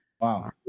Wow